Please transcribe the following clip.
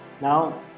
Now